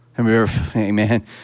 Amen